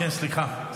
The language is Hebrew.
סליחה.